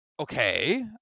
okay